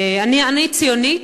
אני ציונית,